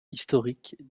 historiques